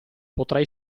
potrei